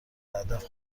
هدف